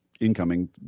incoming